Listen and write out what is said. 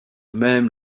même